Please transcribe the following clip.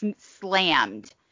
slammed